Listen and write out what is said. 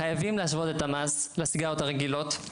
חייבים להשוות את המס לסיגריות הרגילות.